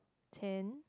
ten